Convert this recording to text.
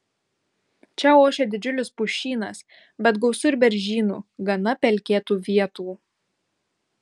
čia ošia didžiulis pušynas bet gausu ir beržynų gana pelkėtų vietų